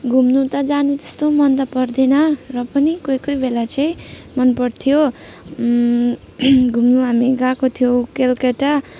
घुम्नु त जानु त त्यस्तो मन त पर्दैन र पनि कोही कोही बेला चाहिँ मन पर्थ्यो घुम्नु हामी गएको थियौँ कलकता